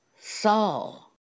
Saul